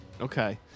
Okay